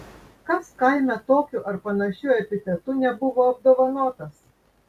kas kaime tokiu ar panašiu epitetu nebuvo apdovanotas